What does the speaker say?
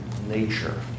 nature